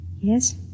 Yes